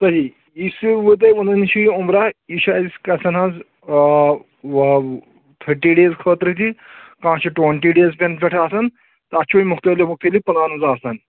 صحیح یُس یہِ تۄہہِ وَنان یہِ چھُ یہِ عُمرا یہِ چھُ اَسہِ گژھان حظ تھٔٹی ڈیز خٲطرٕ تہِ کانٛہہ چھُ ٹُوَنٹی ڈیز پٮ۪ن پٮ۪ٹھ آسان تَتھ چھُ وۄنۍ مُختلِف مُختلِف پٕلانٕز آسَان